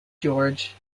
george